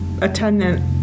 attendant